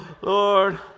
Lord